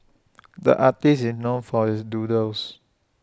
the artist is known for his doodles